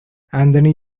anthony